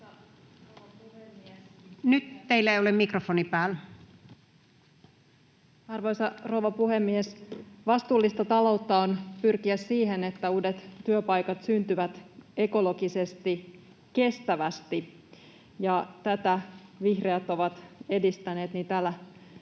Arvoisa rouva puhemies! Vastuullista taloutta on pyrkiä siihen, että uudet työpaikat syntyvät ekologisesti kestävästi, ja tätä vihreät ovat edistäneet niin täällä